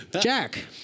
Jack